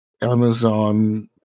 Amazon